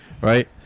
right